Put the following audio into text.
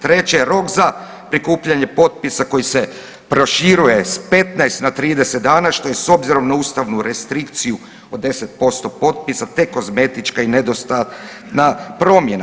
Treće je, rok za prikupljanje potpisa koji se proširuje s 15 na 30 dana, što je s obzirom na ustavnu restrikciju od 10% potpisa tek kozmetička i nedostatna promjena.